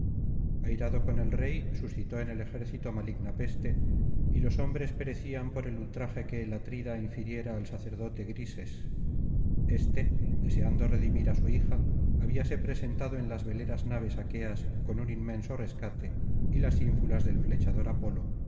airado con el rey suscitó en el ejército maligna peste y los hombres perecían por el ultraje que el atrida infiriera al sacerdote grises este deseando redimir á su hija habíase presentado en las veleras naves aqueas con un inmenso rescate y las ínfulas del flechador apolo